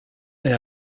est